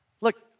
Look